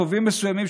תובעים מסוימים,